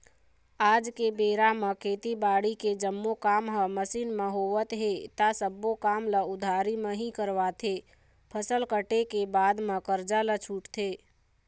आज के बेरा म खेती बाड़ी के जम्मो काम ह मसीन म होवत हे ता सब्बो काम ल उधारी म ही करवाथे, फसल कटे के बाद म करजा ल छूटथे